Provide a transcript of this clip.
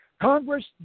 Congress